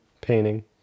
painting